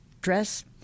dress